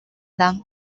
them